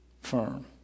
firm